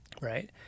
right